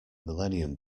millennium